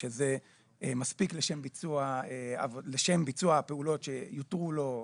שזה מספיק לשם ביצוע הפעולות שיותרו לו,